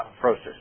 process